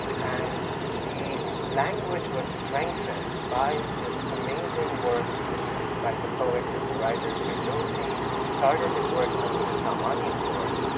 and the language was strengthened by this amazing work produced by the poet and the writer, firdawsi who started his work under the samanid court.